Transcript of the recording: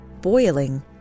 boiling